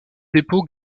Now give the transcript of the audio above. dépôts